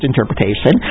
Interpretation